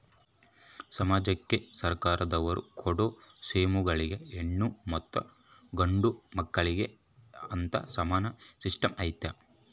ಸಮಾಜಕ್ಕೆ ಸರ್ಕಾರದವರು ಕೊಡೊ ಸ್ಕೇಮುಗಳಲ್ಲಿ ಹೆಣ್ಣು ಮತ್ತಾ ಗಂಡು ಮಕ್ಕಳಿಗೆ ಅಂತಾ ಸಮಾನ ಸಿಸ್ಟಮ್ ಐತಲ್ರಿ?